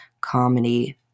comedy